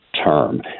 term